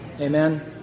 Amen